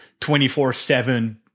24-7